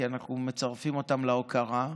כי אנחנו מצרפים אותם להוקרה,